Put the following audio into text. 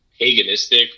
paganistic